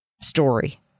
story